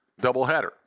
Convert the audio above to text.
doubleheader